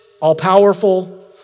all-powerful